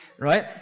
Right